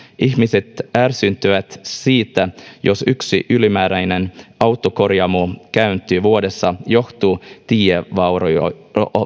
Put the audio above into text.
ihmiset ärsyyntyvät jos yksi ylimääräinen autokorjaamokäynti vuodessa johtuu tievaurioista